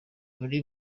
muri